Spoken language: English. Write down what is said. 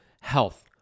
health